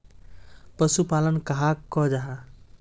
पशुपालन कहाक को जाहा?